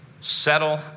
settle